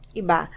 iba